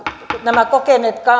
nämä kokeneet